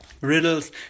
riddles